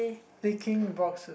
taking boxes